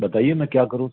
बताइए मैं क्या करूँ